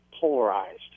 polarized